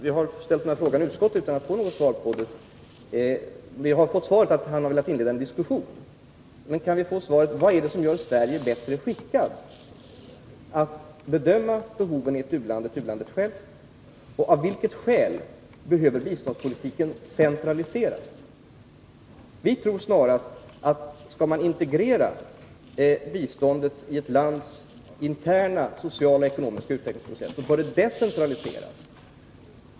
Vi har ställt frågor om detta i utskottet utan att få något annat svar än att Sture Korpås har velat inleda en diskussion. Men kan jag nu få svar? Vad är det som gör Sverige bättre skickat att bedöma behoven i ett u-land än u-landet självt? Och av vilket skäl behöver biståndspolitiken centraliseras? Vi tror snarast, att skall man integrera biståndet i ett lands interna sociala och ekonomiska utvecklingsprocess, bör det decentraliseras.